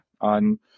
on